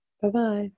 Bye-bye